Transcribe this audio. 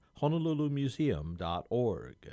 honolulumuseum.org